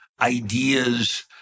ideas